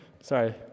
sorry